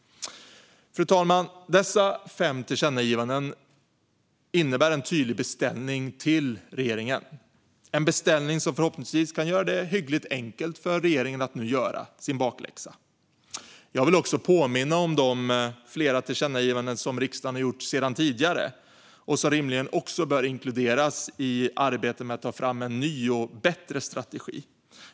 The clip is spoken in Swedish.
Fru talman! Dessa fem tillkännagivanden innebär en tydlig beställning till regeringen - en beställning som förhoppningsvis kan göra det hyggligt enkelt för regeringen att nu göra sin bakläxa. Jag vill också påminna om de tillkännagivanden som riksdagen har gjort tidigare och som rimligen också bör inkluderas i arbetet med att ta fram en ny, bättre strategi.